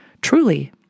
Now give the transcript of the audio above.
Truly